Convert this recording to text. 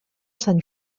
sant